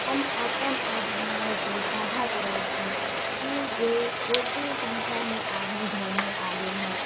हम अपन अभुनव से साँझा करै छी की जे बेसी संख्यामे आदमी घरमे आ गेल हय